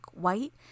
white